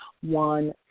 one